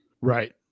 right